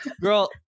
Girl